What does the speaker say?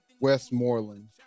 Westmoreland